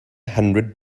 hundred